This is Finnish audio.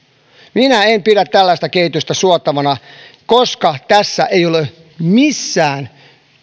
minä en pidä tällaista kehitystä suotavana koska tässä ei ole missään